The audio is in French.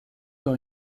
par